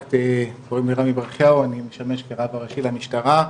קוראים לי רמי ברכיהו, אני משמש כרב הראשי למשטרה.